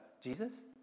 Jesus